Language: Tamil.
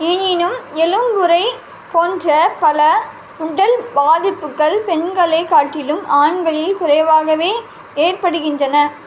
எனினும் எலும்புபுரை போன்ற பல உடல் பாதிப்புகள் பெண்களைக் காட்டிலும் ஆண்களில் குறைவாகவே ஏற்படுகின்றன